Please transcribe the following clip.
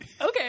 Okay